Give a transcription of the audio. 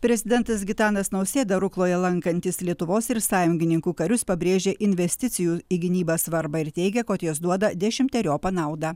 prezidentas gitanas nausėda rukloje lankantis lietuvos ir sąjungininkų karius pabrėžė investicijų į gynybą svarbą ir teigia kad jos duoda dešimteriopą naudą